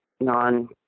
non